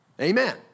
Amen